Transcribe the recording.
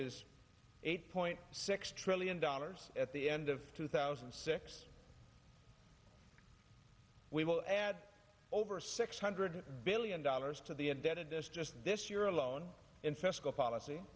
is eight point six trillion dollars at the end of two thousand and six we will add over six hundred billion dollars to the indebtedness just this year alone in fiscal policy